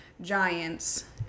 giants